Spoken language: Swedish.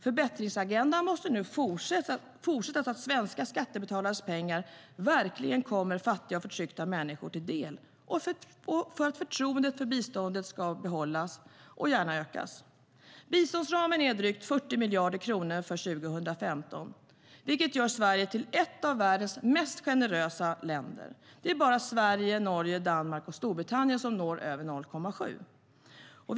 Förbättringsagendan måste nu fortsätta så att svenska skattebetalares pengar verkligen kommer fattiga och förtryckta människor till del och för att förtroendet för biståndet ska behållas och gärna öka. Biståndsramen är drygt 40 miljarder kronor för 2015, vilket gör Sverige till ett av världens mest generösa länder. Det är bara Sverige, Norge, Danmark och Storbritannien som når över 0,7 procent.